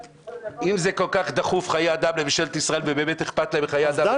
אם זה כל כך דחוף חיי אדם לממשלת ישראל ובאמת אכפת לה מחיי אדם,